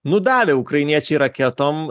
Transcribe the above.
nu davė ukrainiečiai raketom